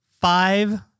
five